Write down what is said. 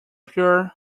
pierre